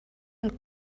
del